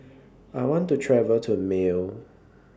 I want to travel to Male